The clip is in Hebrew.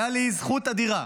הייתה לי זכות אדירה